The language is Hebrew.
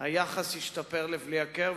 היחס השתפר לבלי הכר,